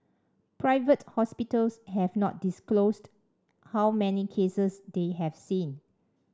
private hospitals have not disclosed how many cases they have seen